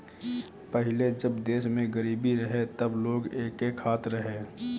पहिले जब देश में गरीबी रहे तब लोग एके खात रहे